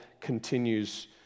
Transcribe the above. continues